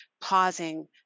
pausing